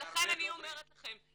לכן אני אומרת לכם,